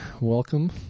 welcome